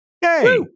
Hey